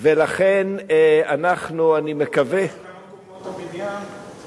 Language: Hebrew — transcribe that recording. ולכן אנחנו, אני מקווה, כמה קומות הבניין צריך?